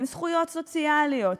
עם זכויות סוציאליות,